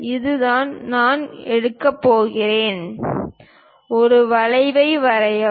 இதுதான் நான் எடுக்கப் போகிறேன் ஒரு வளைவை வரையவும்